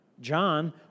John